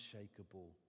unshakable